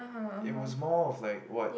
it was more of like what